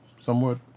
somewhat